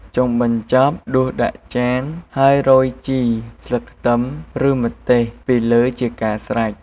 ចុងបញ្ចប់ដួសដាក់ចាន ហើយរោយជីរ ស្លឹកខ្ទឹម ឬម្ទេសពីលើជាការស្រេច។